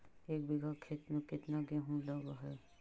एक बिघा खेत में केतना गेहूं लग है?